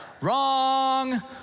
Wrong